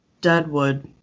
Deadwood